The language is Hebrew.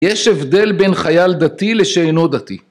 יש הבדל בין חייל דתי לשאינו דתי.